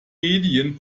medien